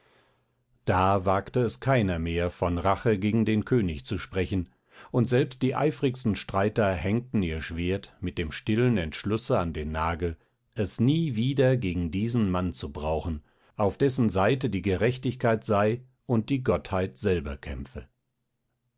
da wagte es keiner mehr von rache gegen den könig zu sprechen und selbst die eifrigsten streiter hängten ihr schwert mit dem stillen entschlusse an den nagel es nie wieder gegen diesen mann zu brauchen auf dessen seite die gerechtigkeit sei und die gottheit selber kämpfe